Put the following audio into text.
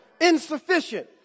insufficient